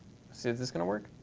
so is this going to work?